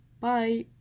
Bye